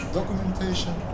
documentation